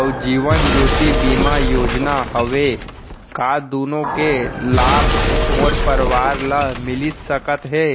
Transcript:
अऊ जीवन ज्योति बीमा योजना हवे, का दूनो के लाभ मोर परवार ल मिलिस सकत हे?